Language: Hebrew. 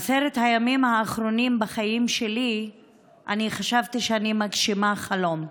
בעשרת הימים האחרונים בחיים שלי חשבתי שאני מגשימה חלום.